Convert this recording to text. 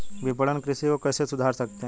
विपणन कृषि को कैसे सुधार सकते हैं?